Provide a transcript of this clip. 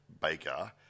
Baker